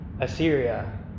Assyria